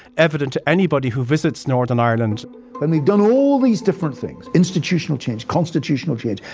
evident to anybody who visits northern ireland and we've done all these different things institutional change, constitutional change.